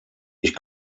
ich